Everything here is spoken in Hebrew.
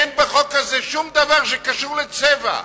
אין בחוק הזה שום דבר שקשור לצבע.